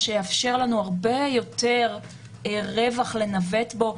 מה שיאפשר לנו הרבה יותר רווח לנווט בו.